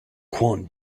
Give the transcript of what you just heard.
quan